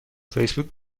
فیسبوک